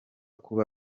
kuba